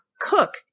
cook